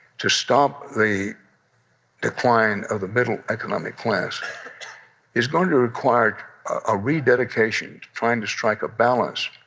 to stop the decline of the middle economic class is going to require a rededication trying to strike a balance.